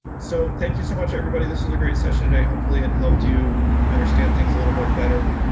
so, thank you so much everybody this was a great session today. hopefully it helped you understand things a little bit better.